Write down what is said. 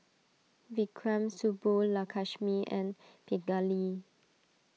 Vikram Subbulakshmi and Pingali